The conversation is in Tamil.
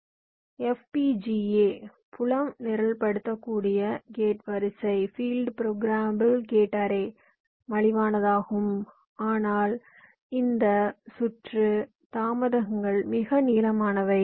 FPGA புலம் நிரல்படுத்தக்கூடிய கேட் வரிசையை மலிவானதாகும் ஆனால் இந்த சுற்று தாமதங்கள் மிக நீளமானவை